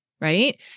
right